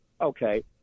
Okay